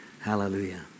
Hallelujah